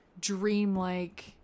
dreamlike